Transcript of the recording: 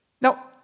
Now